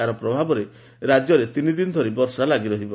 ଏହାର ପ୍ରଭାବରେ ରାଜ୍ୟରେ ତିନିଦିନ ଧରି ବର୍ଷା ଲାଗି ରହିବ